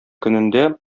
көнендә